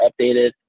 updated